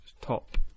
Top